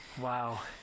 Wow